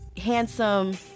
handsome